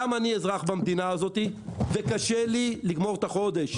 גם אני אזרח במדינה הזאת וקשה לי לגמור את החודש,